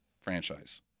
franchise